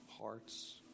hearts